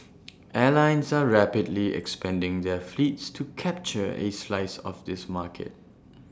airlines are rapidly expanding their fleets to capture A slice of this market